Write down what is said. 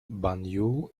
banjul